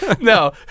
No